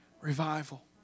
revival